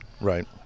Right